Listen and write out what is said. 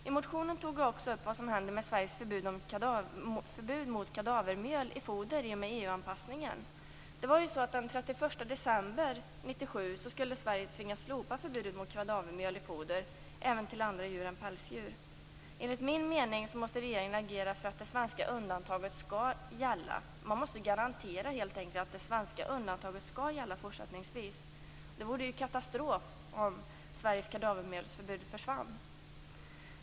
I motionen tog jag också upp vad som händer med Sverige tvingas slopa förbudet mot kadavermjöl i foder även till andra djur än pälsdjur. Enligt min mening måste regeringen agera för att det svenska undantaget skall gälla. Man måste helt enkelt garantera att det svenska undantaget fortsättningvis skall gälla. Det vore katastrof om Sveriges förbud mot kadavermjöl försvann.